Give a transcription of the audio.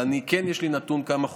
אבל כן יש לי נתון כמה חוסנו: